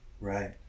Right